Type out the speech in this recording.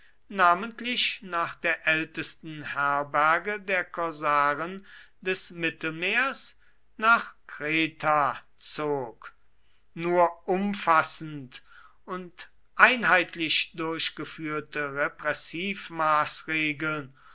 namentlich nach der ältesten herberge der korsaren des mittelmeers nach kreta zog nur umfassend und einheitlich durchgeführte